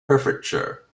hertfordshire